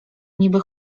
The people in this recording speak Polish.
niby